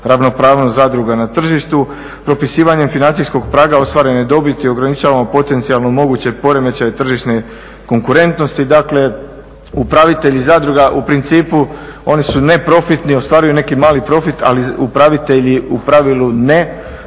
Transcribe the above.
ravnopravnost zadruga na tržištu. Propisivanjem financijskog praga ostvarene dobiti ograničavamo potencijalno moguće poremećaje tržišne konkurentnosti. Dakle, upravitelji zadruga u principu oni su neprofitni, ostvaruju neki mali profit ali upravitelji u pravilu ne.